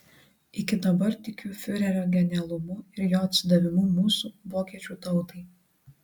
iki dabar tikiu fiurerio genialumu ir jo atsidavimu mūsų vokiečių tautai